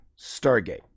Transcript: Stargate